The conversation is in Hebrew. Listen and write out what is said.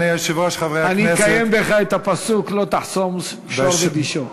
אני אקיים בך את הפסוק "לא תחסם שור בדישו".